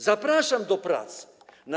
Zapraszam do prac na